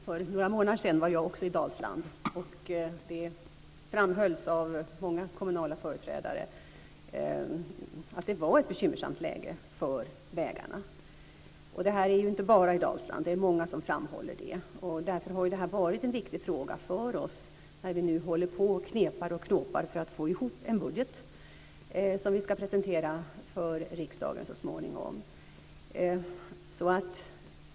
Herr talman! För några månader sedan var jag i Dalsland och det framhölls av många kommunala företrädare att läget var bekymmersamt för vägarna. Men detta gäller inte bara Dalsland. Det är många som framhåller det här. Därför har det varit en viktig fråga för oss i arbetet med att knepa och knåpa för att få ihop den budget som vi så småningom ska presentera för riksdagen.